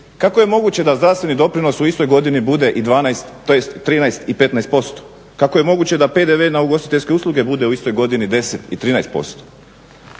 kako je moguće da zdravstveni doprinos u istoj godini bude i 12, tj. 13 i 15%. Kako je moguće da PDV na ugostiteljske usluge bude u istoj godini 10 i 13%?